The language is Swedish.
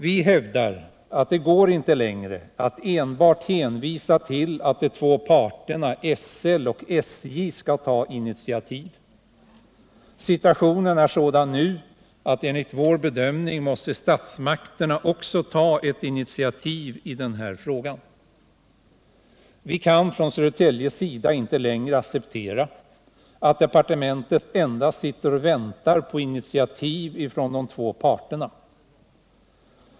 Vi hävdar att det inte längre går att enbart hänvisa till att de två parterna — SJ och SL — skall tta initiativ. Situationen är nu sådan att enligt min bedömning också statsmakterna måste ta initiativ i frågan. Vi kan från Södertäljes sida inte längre acceptera att departementet bara sitter och väntar på initiativ från de två parterna.